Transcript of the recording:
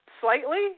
Slightly